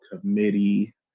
committee